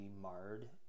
marred